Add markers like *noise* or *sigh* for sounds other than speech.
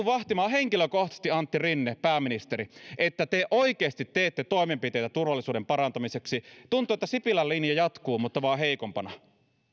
*unintelligible* vahtimaan henkilökohtaisesti antti rinne pääministeri että te oikeasti teette toimenpiteitä turvallisuuden parantamiseksi tuntuu että sipilän linja jatkuu mutta vaan heikompana